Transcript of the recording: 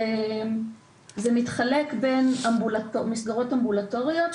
זה מתחלק בין מסגרות אמבולטוריות,